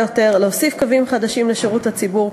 יותר ולהוסיף קווים חדשים לשירות הציבור,